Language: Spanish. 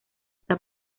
esta